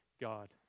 God